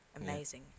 amazing